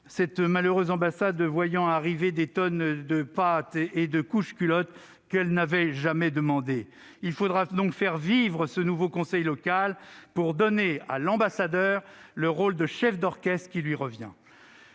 Celle-ci a en effet vu arriver des tonnes de pâtes et de couches-culottes qu'elle n'avait jamais demandées. Il faudra donc faire vivre ce nouveau conseil local, pour donner à l'ambassadeur le rôle de chef d'orchestre qui lui revient.